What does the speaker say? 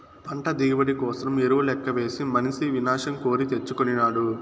పంట దిగుబడి కోసరం ఎరువు లెక్కవేసి మనిసి వినాశం కోరి తెచ్చుకొనినాడు